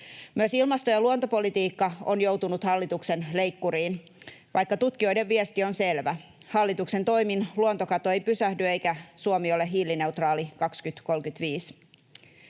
Myös ilmasto‑ ja luontopolitiikka on joutunut hallituksen leikkuriin, vaikka tutkijoiden viesti on selvä: hallituksen toimin luontokato ei pysähdy eikä Suomi ole hiilineutraali 2035.